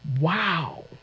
Wow